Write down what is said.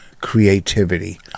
creativity